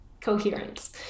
coherence